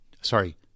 Sorry